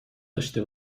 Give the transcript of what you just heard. داشته